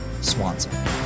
Swanson